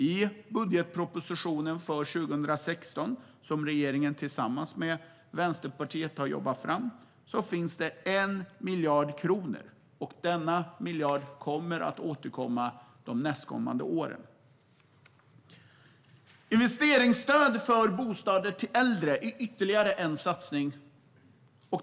I budgetpropositionen för 2016, som regeringen jobbat fram tillsammans med Vänsterpartiet, finns 1 miljard kronor, och den miljarden kommer att återkomma de nästkommande åren. Investeringsstödet för bostäder till äldre är ytterligare en satsning.